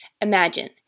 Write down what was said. Imagine